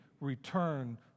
return